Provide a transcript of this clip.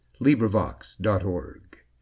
LibriVox.org